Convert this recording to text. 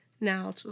now